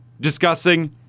discussing